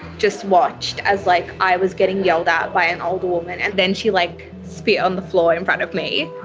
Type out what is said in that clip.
just watched as like i was getting yelled at by an older woman. and then she like spit on the floor in front of me.